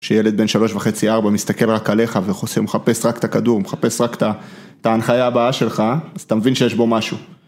כשילד בן שלוש וחצי ארבע מסתכל רק עליך ומחפש רק את הכדור ומחפש רק את ההנחיה הבאה שלך אז תמבין שיש בו משהו.